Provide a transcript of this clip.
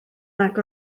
nag